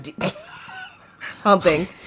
Humping